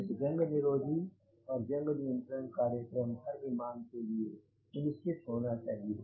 एक जंग निरोधी और जंग नियंत्रण कार्यक्रम हर विमान के लिए सुनिश्चित होना चाहिए